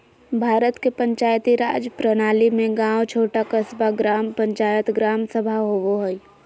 भारत के पंचायती राज प्रणाली में गाँव छोटा क़स्बा, ग्राम पंचायत, ग्राम सभा होवो हइ